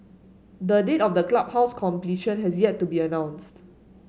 the date of the clubhouse completion has yet to be announced